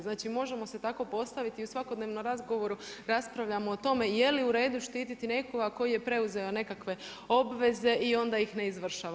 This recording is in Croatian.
Znači možemo se tako postaviti i u svakodnevnom razgovoru raspravljamo o tome, je li u redu štiti nekoga koji je preuzeo nekakve obveze i onda ih ne izvršava.